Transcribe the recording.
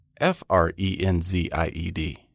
F-R-E-N-Z-I-E-D